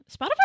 Spotify